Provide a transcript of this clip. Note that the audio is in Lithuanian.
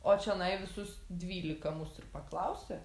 o čionai visus dvylika mus ir paklausia